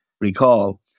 recall